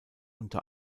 unter